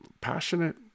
passionate